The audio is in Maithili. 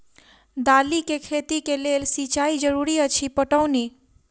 दालि केँ खेती केँ लेल सिंचाई जरूरी अछि पटौनी?